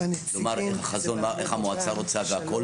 איך המועצה רוצה והכול.